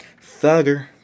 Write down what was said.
Thugger